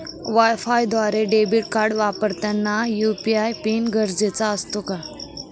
वायफायद्वारे debit card वापरताना UPI PIN गरजेचा असतो का?